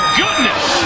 goodness